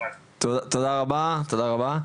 תודה רבה.